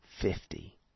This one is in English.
fifty